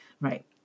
Right